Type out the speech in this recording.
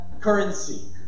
currency